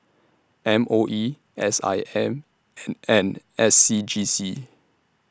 M O E S I M and and S C G C